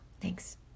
Thanks